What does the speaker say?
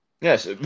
Yes